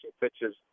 pitches